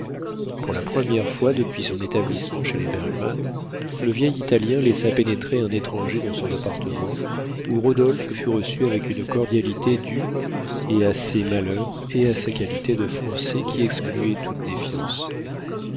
pour la première fois depuis son établissement chez les bergmann le vieil italien laissa pénétrer un étranger dans son appartement où rodolphe fut reçu avec une cordialité due et à ses malheurs et à sa qualité de français qui excluait toute défiance